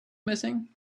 missing